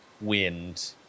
wind